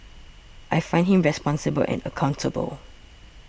I find him responsible and accountable